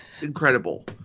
incredible